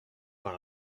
par